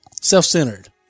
self-centered